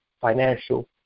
financial